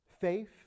faith